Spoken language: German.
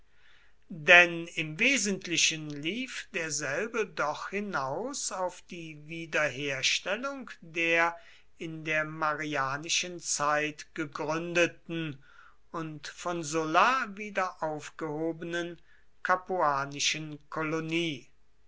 denn im wesentlichen lief derselbe doch hinaus auf die wiederherstellung der in der marianischen zeit gegründeten und von sulla wiederaufgehobenen capuanischen kolonie